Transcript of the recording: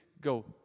Go